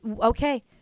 Okay